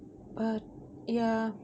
but ya